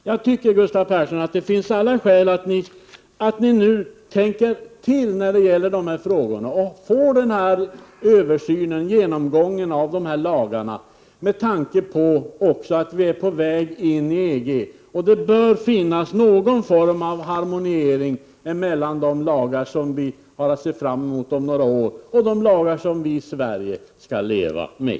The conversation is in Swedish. Jag tycker, Gustav Persson, att det finns alla skäl att nu tänka till i de här frågorna och få till stånd en översyn och genomgång av de här lagarna, också med tanke på att vi är på väg in i EG och att det bör råda någon form av harmoni mellan de lagar som vi har att se fram emot om några år och de lagar som vi i Sverige då skall leva med.